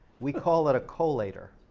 we call it a collator,